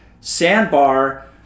sandbar